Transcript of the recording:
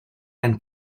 and